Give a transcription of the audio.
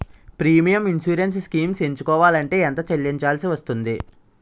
Premium insurance schemes ఎంచుకోవలంటే ఎంత చల్లించాల్సివస్తుంది??